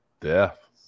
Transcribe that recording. Death